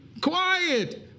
Quiet